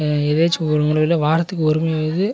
எதையாச்சும் ஒரு முறையில் வாரத்துக்கு ஒரு முறையாவது